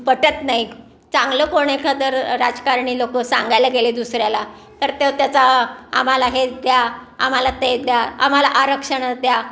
पटत नाही चांगलं कोण एखादं राजकारणी लोक सांगायला गेले दुसऱ्याला तर ते त्याचा आम्हाला हे द्या आम्हाला ते द्या आम्हाला आरक्षणच द्या